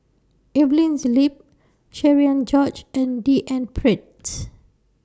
Evelyn's Lip Cherian George and D N Pritt's